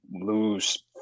lose